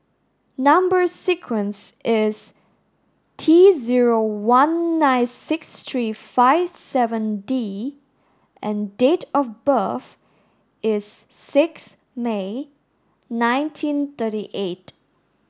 number sequence is T zero one nine six three five seven D and date of birth is six May nineteen thirty eight